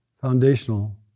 foundational